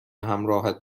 همراهت